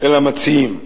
אל המציעים.